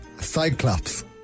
Cyclops